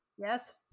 yes